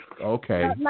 Okay